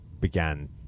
began